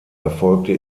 erfolgte